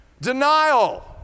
Denial